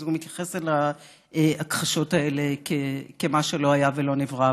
אז הוא מתייחס להכחשות האלה כאל מה שלא היה ולא נברא.